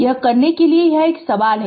यह करने के लिए एक सवाल है